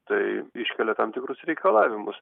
tai iškelia tam tikrus reikalavimus